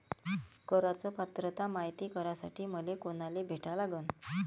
कराच पात्रता मायती करासाठी मले कोनाले भेटा लागन?